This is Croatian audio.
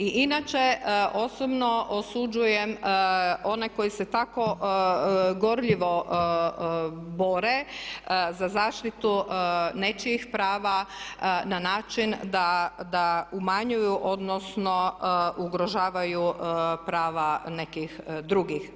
I inače osobno osuđujem one koji se tako gorljivo bore za zaštitu nečijih prava na način da umanjuju odnosno ugrožavaju prava nekih drugih.